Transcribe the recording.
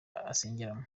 asengeramo